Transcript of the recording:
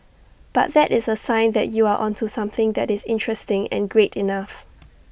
but that is A sign that you are onto something that is interesting and great enough